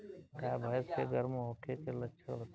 गाय भैंस के गर्म होखे के लक्षण बताई?